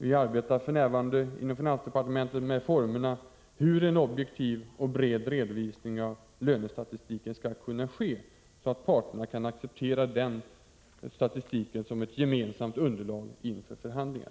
Vi arbetar för närvarande inom finansdepartementet med formerna för hur en objektiv och bred redovisning av lönestatistiken skall kunna ske, så att parterna kan acceptera den statistiken som ett gemensamt underlag inför förhandlingar.